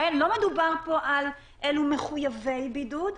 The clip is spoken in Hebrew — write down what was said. לא מדובר פה על מחויבי בידוד,